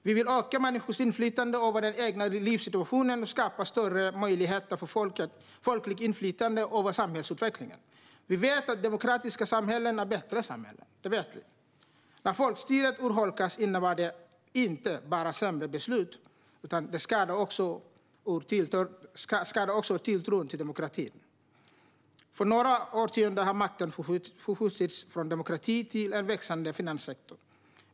Vi vill öka människors inflytande över den egna livssituationen och skapa större möjligheter för folkligt inflytande över samhällsutvecklingen. Vi vet att demokratiska samhällen är bättre samhällen. När folkstyret urholkas innebär det inte bara sämre beslut, utan det skadar också tilltron till demokratin. På några årtionden har makten förskjutits från demokratier till en växande finanssektor.